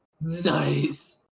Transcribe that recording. Nice